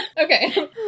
okay